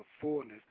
fullness